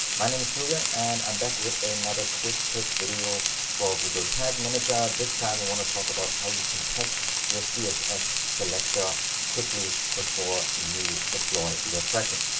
my name is julian, and i'm back with another quick tip video for google tag manager. this time, we want to talk about how you can test your css selector quickly before you deploy your tracking.